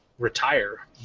retire